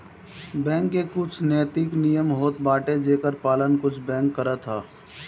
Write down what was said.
bank के कुछ नैतिक नियम होत बाटे जेकर पालन कुछ बैंक करत हवअ